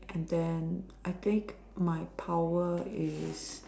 and then I think my power is